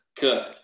good